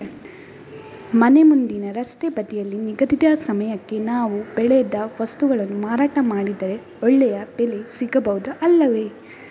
ಮನೆ ಮುಂದಿನ ರಸ್ತೆ ಬದಿಯಲ್ಲಿ ನಿಗದಿತ ಸಮಯಕ್ಕೆ ನಾವು ಬೆಳೆದ ವಸ್ತುಗಳನ್ನು ಮಾರಾಟ ಮಾಡಿದರೆ ಒಳ್ಳೆಯ ಬೆಲೆ ಸಿಗಬಹುದು ಅಲ್ಲವೇ?